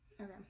Okay